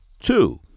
Two